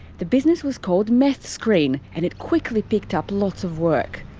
the business was called meth screen and it quickly picked up lots of work.